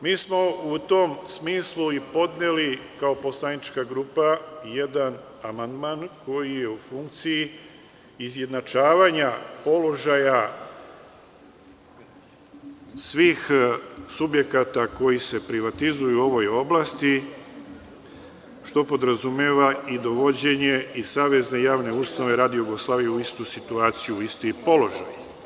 Mi smo u tom smislu i podneli kao poslanička grupa jedan amandman koji je u funkciji izjednačavanja položaja svih subjekata koji se privatizuju u ovoj oblasti, što podrazumeva i dovođenje i Savezne javne ustanove Radio-Jugoslavije u istu situaciju, u isti položaj.